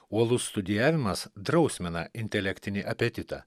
uolus studijavimas drausmina intelektinį apetitą